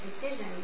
decision